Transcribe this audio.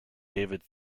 david